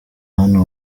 hano